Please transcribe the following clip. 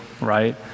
right